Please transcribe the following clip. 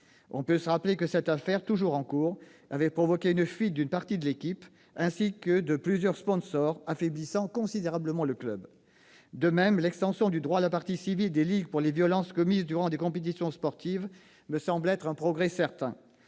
ans. Rappelons que cette affaire, toujours en cours, a provoqué la fuite d'une partie de l'équipe, ainsi que de plusieurs sponsors, affaiblissant considérablement le club. De même, l'extension du droit à la partie civile des ligues pour les violences commises durant des compétitions sportives me semble un progrès certain.